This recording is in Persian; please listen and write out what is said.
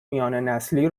میاننسلی